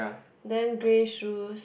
then grey shoes